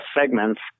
segments